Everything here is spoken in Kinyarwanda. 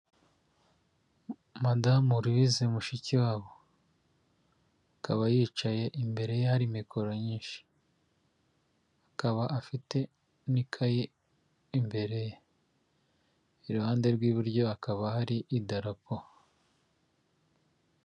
Madamu Louise Mushikiwabo akaba yicaye imbere ye hari mikoro nyinshi, akaba afite n'ikaye imbere ye, iruhande rw'iburyo hakaba hari idarapo.